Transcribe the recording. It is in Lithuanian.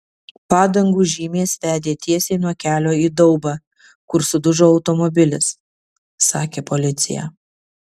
padangų žymės vedė tiesiai nuo kelio į daubą kur sudužo automobilis sakė policija